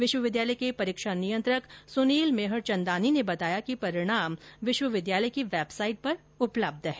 विश्वविद्यालय के परीक्षा नियंत्रक सुनील मेहरचंदानी ने बताया कि परिणाम विश्वविद्यालय की वेबसाइट पर उपलब्ध है